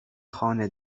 خانه